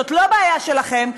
זאת לא בעיה שלכם,